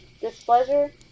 displeasure